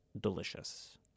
delicious